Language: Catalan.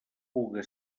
puga